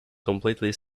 completely